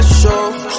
show